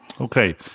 Okay